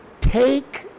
take